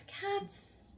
Cats